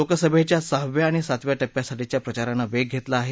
लोकसभेच्या सहाव्या आणि सातव्या टप्प्यासाठीच्या प्रचारानं वेग घेतला आहे